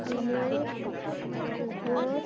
চিন কুকুর